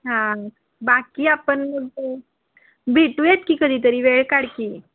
हां बाकी आपण भेटूयात की कधीतरी वेळ काढ की